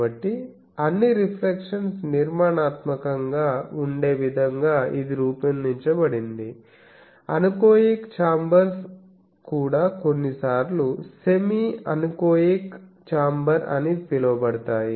కాబట్టి అన్ని రిఫ్లెక్షన్స్ నిర్మాణాత్మకంగా ఉండే విధంగా ఇది రూపొందించబడింది అనెకోయిక్ చాంబర్స్ కూడా కొన్నిసార్లు సెమీ అనెకోయిక్ చాంబర్ అని పిలువబడతాయి